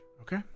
Okay